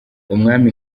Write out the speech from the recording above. umwami